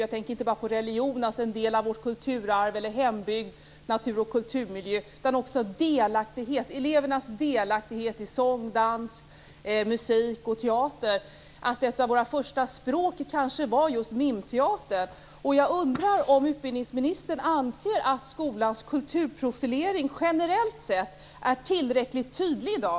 Jag tänker inte bara på religion, en del av vårt kulturarv, eller hembygd, natur och kulturmiljö, utan också på elevernas delaktighet i sång, dans, musik och teater. Ett av våra första språk kanske var just mimteater. Jag undrar om utbildningsministern anser att skolans kulturprofilering generellt sett är tillräckligt tydlig i dag.